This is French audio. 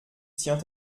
tient